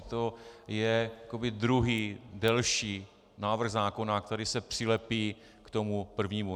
To je jakoby druhý, delší návrh zákona, který se přilepí k tomu prvnímu.